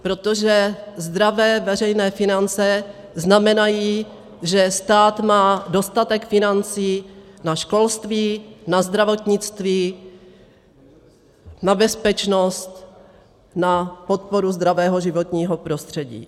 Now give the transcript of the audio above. Protože zdravé veřejné finance znamenají, že stát má dostatek financí na školství, na zdravotnictví, na bezpečnost, na podporu zdravého životního prostředí.